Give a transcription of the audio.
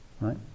Right